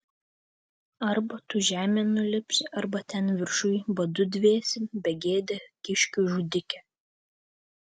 arba tu žemėn nulipsi arba ten viršuj badu dvėsi begėde kiškių žudike